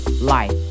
life